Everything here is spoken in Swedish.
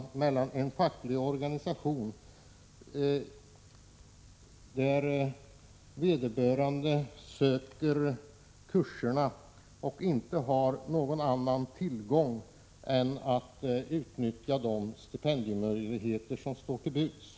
Om en facklig organisation ordnar kurser har de som anmäler sig till dessa ingen annan möjlighet att få ekonomisk hjälp än att söka de stipendier som står till buds.